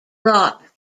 rock